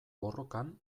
borrokan